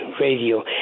radio